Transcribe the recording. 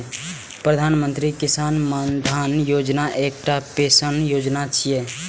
प्रधानमंत्री किसान मानधन योजना एकटा पेंशन योजना छियै